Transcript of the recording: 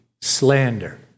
slander